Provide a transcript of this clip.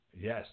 Yes